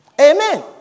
Amen